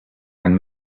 and